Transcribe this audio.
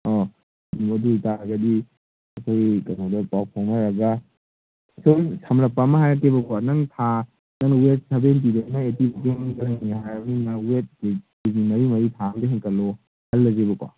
ꯑꯣ ꯑꯗꯨ ꯑꯣꯏ ꯇꯥꯔꯒꯗꯤ ꯑꯩꯈꯣꯏ ꯀꯩꯅꯣꯗ ꯄꯥꯎ ꯐꯥꯎꯅꯔꯒ ꯁꯨꯝ ꯁꯝꯂꯞꯄ ꯑꯃ ꯍꯥꯏꯔꯛꯀꯦꯕꯀꯣ ꯅꯪ ꯊꯥ ꯅꯪ ꯋꯦꯠ ꯁꯦꯚꯦꯟꯇꯤꯗꯩꯅ ꯑꯩꯠꯇꯤꯕꯣꯛ ꯃꯅꯨꯡꯗ ꯂꯩꯅꯤꯡꯉꯦ ꯍꯥꯏꯔꯃꯤꯅ ꯋꯦꯠ ꯀꯦ ꯖꯤ ꯃꯔꯤ ꯃꯔꯤ ꯊꯥ ꯑꯝꯗ ꯍꯦꯟꯒꯠꯂꯦ ꯈꯜꯂꯖꯦꯕꯀꯣ